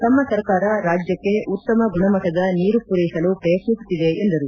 ತಮ್ನ ಸರ್ಕಾರ ರಾಜ್ಲಕ್ಷ್ಮಿ ಉತ್ತಮ ಗುಣಮಟ್ಟದ ನೀರು ಪೂರೈಸಲು ಪ್ರಯತ್ನಿಸುತ್ತಿದೆ ಎಂದರು